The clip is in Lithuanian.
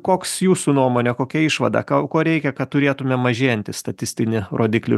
koks jūsų nuomone kokia išvada kau ko reikia kad turėtumėm mažėjantį statistinį rodiklį